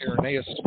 Irenaeus